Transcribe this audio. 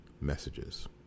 messages